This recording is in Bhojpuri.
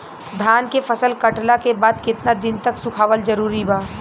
धान के फसल कटला के बाद केतना दिन तक सुखावल जरूरी बा?